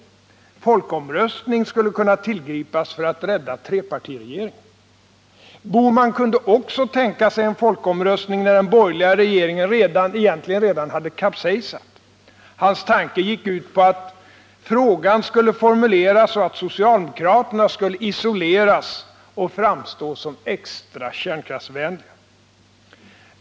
Folkomröstning skulle tillgripas för att rädda trepartiregeringen. Gösta Bohman kunde också tänka sig en folkomröstning när den borgerliga regeringen egentligen redan kapsejsat. Hans tanke gick ut på att frågan skulle formuleras så att socialdemokraterna skulle isoleras och framstå som extra kärnkraftsvänliga.